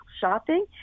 shopping